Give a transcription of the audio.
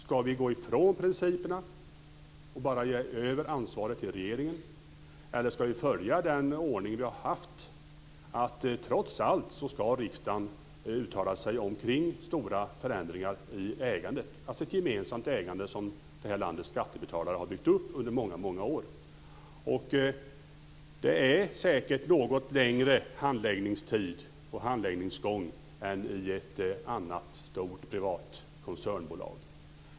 Ska vi gå ifrån principerna och bara lämna över ansvaret till regeringen, eller ska vi följa den ordning som vi har haft, att riksdagen trots allt ska uttala sig om stora förändringar i ägandet, alltså ett gemensamt ägande som det här landets skattebetalare har byggt upp under många år? Det är säkert en något längre handläggningstid och handläggningsgång än i ett annat stort privat koncernbolag.